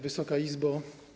Wysoka Izbo!